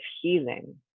healing